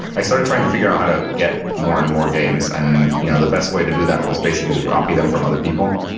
i started trying to figure out how to get more and more games. and you know the best way to do that was basically to copy them from other people.